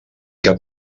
que